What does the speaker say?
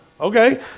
Okay